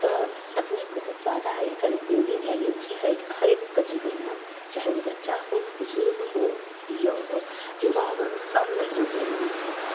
तऽ तकनीक बहुत जादा आइकाल्हि उपयोगी भऽ गेल छै हरेकके जीवनमे चाहे ओ बच्चा हो बुजुर्ग हो युवा हो सभलए बहुत जरूरी छै